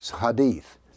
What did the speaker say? Hadith